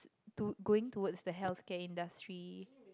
to going towards the healthcare industry